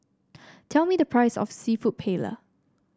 tell me the price of seafood Paella